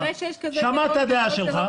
הוא שמע את הדעה שלך.